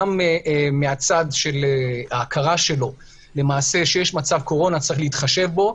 גם מהצד של ההכרה שלו שיש מצב קורונה וצריך להתחשב בו.